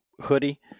hoodie